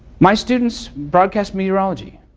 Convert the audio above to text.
my students broadcast meteorology,